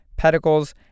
pedicles